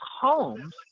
homes